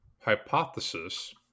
hypothesis